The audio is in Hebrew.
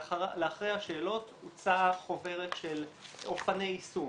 לאחר השאלות הוצאה חוברת של אופני היישום,